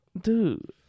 Dude